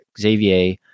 Xavier